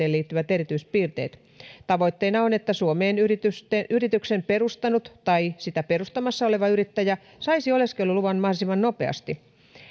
erityispiirteet tavoitteena on että suomeen yrityksen perustanut tai sitä perustamassa oleva yrittäjä saisi oleskeluluvan mahdollisimman nopeasti